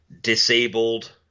disabled